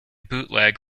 bootleg